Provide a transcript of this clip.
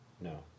No